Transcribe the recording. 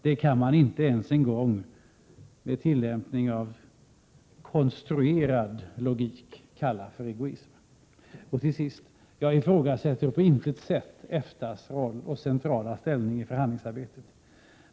Det kan man inte ens med tillämpning av konstruerad logik kalla för egoism. Till sist: Jag ifrågasätter på intet sätt EFTA:s roll och centrala ställning i förhandlingsarbetet.